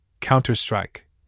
Counter-Strike